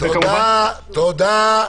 תודה.